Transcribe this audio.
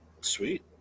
Sweet